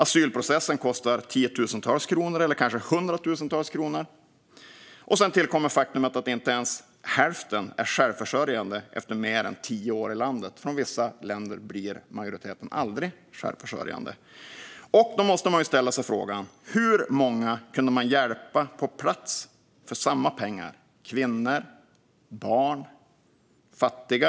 Asylprocessen kostar tiotusentals eller kanske hundratusentals kronor. Sedan tillkommer det faktum att inte ens hälften är självförsörjande efter mer än tio år i landet. När det gäller asylsökande från vissa länder blir majoriteten aldrig självförsörjande. Då måste man ställa sig frågan: Hur många kunde man hjälpa på plats för samma pengar - kvinnor, barn, fattiga?